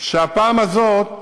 והפעם הזאת,